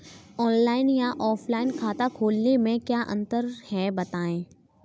Online या offline खाता खोलने में क्या अंतर है बताएँ?